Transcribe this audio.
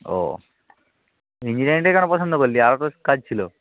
ও ইঞ্জিনিয়ারিংটাই কেন পছন্দ করলি আরও তো কাজ ছিল